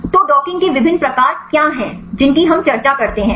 तो डॉकिंग के विभिन्न प्रकार क्या हैं जिनकी हम चर्चा करते हैं